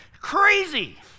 Crazy